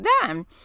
done